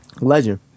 Legend